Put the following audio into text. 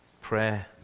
prayer